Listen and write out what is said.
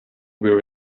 we’re